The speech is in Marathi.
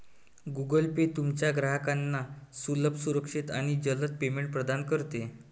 गूगल पे तुमच्या ग्राहकांना सुलभ, सुरक्षित आणि जलद पेमेंट प्रदान करते